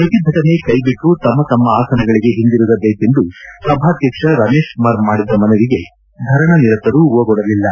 ಪ್ರತಿಭಟನೆ ಕೈಬಿಟ್ಟು ತಮ್ಮ ತಮ್ಮ ಆಸನಗಳಗೆ ಹಿಂದಿರುಗಬೇಕೆಂದು ಸಭಾಧ್ಯಕ್ಷ ರಮೇಶ್ ಕುಮಾರ್ ಮಾಡಿದ ಮನವಿಗೆ ಧರಣಿ ನಿರತರು ಓಗೊಡಲಿಲ್ಲ